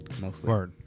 mostly